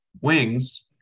wings